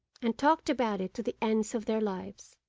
and talked about it to the ends of their lives.